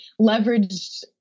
leveraged